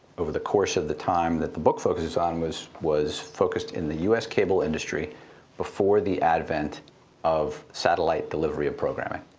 over the course of the time that the book focus on, was was focused in the us cable industry before the advent of satellite delivery of program.